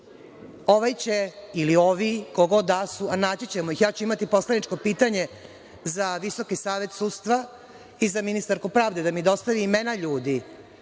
Ovaj će, ili ovi ko god da su, a naći ćemo ih, ja ću imati poslaničko pitanje za Visoki savet sudstva i za ministarku pravde da mi dostavi imena ljudi